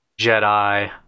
Jedi